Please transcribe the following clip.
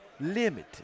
limited